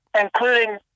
including